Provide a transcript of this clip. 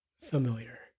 familiar